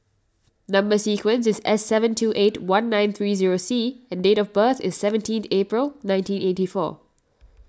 Number Sequence is S seven two eight one nine three zero C and date of birth is seventeenth April nineteen eighty four